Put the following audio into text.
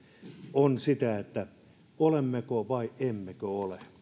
on sitä että olemmeko vai emmekö ole